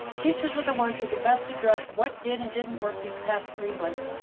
teachers are the ones who can best address what did and didn't work these past three months,